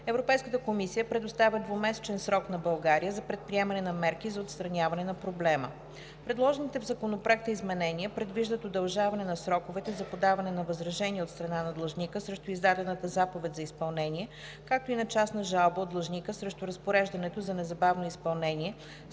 Европейската комисия предоставя двумесечен срок на България за предприемане на мерки за отстраняване на проблема. Предложените в Законопроекта изменения предвиждат удължаване на сроковете за подаване на възражение от страна на длъжника срещу издадената заповед за изпълнение, както и на частна жалба от длъжника срещу разпореждането за незабавно изпълнение,